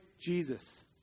Jesus